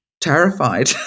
terrified